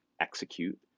execute